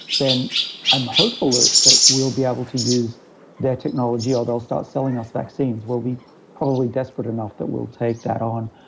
then i'm hopeful that we'll be able to use their technology or they'll start selling us vaccines. we'll be probably desperate enough that we'll take that on.